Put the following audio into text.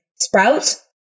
sprouts